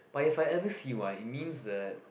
but if I ever see one it means that